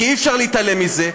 כי אי-אפשר להתעלם מזה,